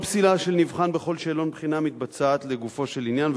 כל פסילה של נבחן בכל שאלון בחינה מתבצעת לגופו של עניין.